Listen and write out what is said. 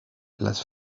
las